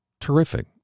Terrific